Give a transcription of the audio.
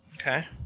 Okay